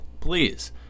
please